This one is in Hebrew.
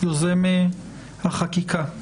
יוזם החקיקה,